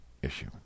issue